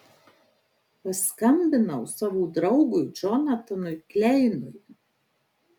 paskambinau savo draugui džonatanui kleinui